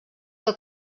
que